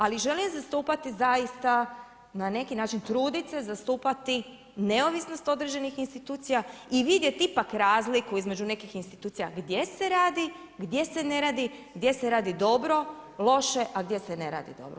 Ali želim zastupati zaista na neki način truditi se zastupati neovisnost određenih institucija i vidjeti ipak razliku između nekih institucija gdje se radi, gdje se ne radi, gdje se radi dobro, loše, a gdje se ne radi dobro.